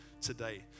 today